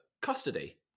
custody